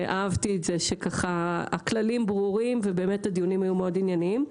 אהבתי שהכללים ברורים והדיונים היו מאוד עניינים.